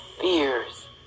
fears